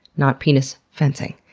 not penis fencing.